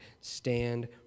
Stand